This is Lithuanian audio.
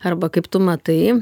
arba kaip tu matai